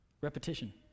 repetition